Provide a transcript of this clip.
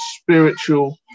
spiritual